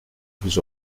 vous